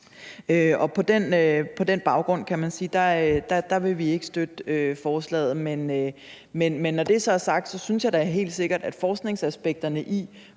På den baggrund, kan man sige, vil vi ikke støtte forslaget. Men når det så er sagt, synes jeg da helt sikkert, at forskningsaspekterne i,